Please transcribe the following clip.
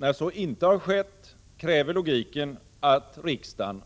När så inte har skett, kräver logiken att riksdagen